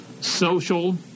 social